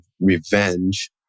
revenge